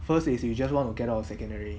first is you just want to get out of secondary